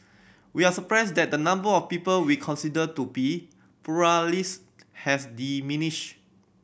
we are surprised that the number of people we consider to be pluralist has diminished